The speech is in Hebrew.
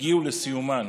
הגיעו לסיומן.